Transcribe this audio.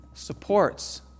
supports